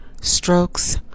strokes